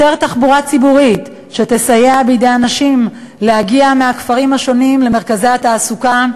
יותר תחבורה ציבורית שתסייע לנשים להגיע מהכפרים השונים למרכזי התעסוקה,